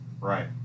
Right